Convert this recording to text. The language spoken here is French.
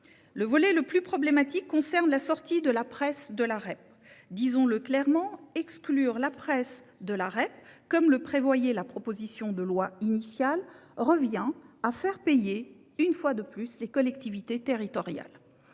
saisis ; il porte sur la sortie de la presse de la REP. Disons-le clairement : exclure la presse de la REP, comme le prévoyait la proposition de loi initiale, revient à faire payer, une fois de plus, les collectivités territoriales.